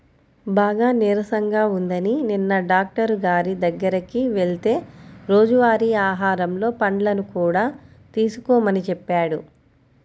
బాగా నీరసంగా ఉందని నిన్న డాక్టరు గారి దగ్గరికి వెళ్తే రోజువారీ ఆహారంలో పండ్లను కూడా తీసుకోమని చెప్పాడు